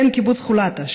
בן קיבוץ חולתה,